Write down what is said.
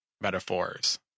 metaphors